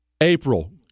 April